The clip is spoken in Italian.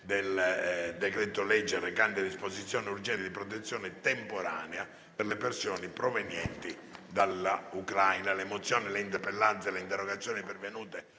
Grazie